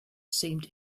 seemed